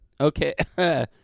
Okay